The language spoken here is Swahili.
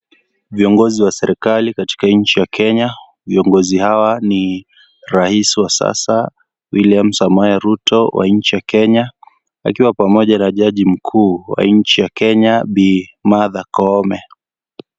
Viongozi wa serikali katika nchi ya Kenya, viongozi hawa ni raisi wa sasa William Samoei Ruto wa nchi ya Kenya, akiwa pamoja na jaji mkuu wa nchi ya Kenya, Bi. Martha Koome.